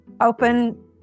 open